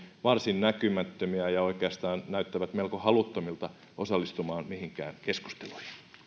varsin näkymättömiä ja oikeastaan näyttävät melko haluttomilta osallistumaan mihinkään keskustelui